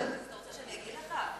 אתה רוצה שאני אגיד לך?